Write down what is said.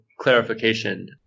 clarification